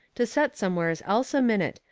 to set somewheres else a minute,